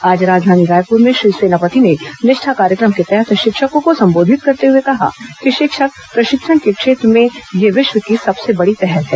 आज राजधानी रायपुर में श्री सेनापति ने निष्ठा कार्यक्रम के तहत शिक्षकों को संबोधित करते हुए कहा कि शिक्षक प्रशिक्षण के क्षेत्र में यह विश्व की सबसे बड़ी पहल है